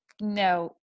No